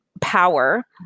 power